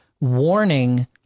warning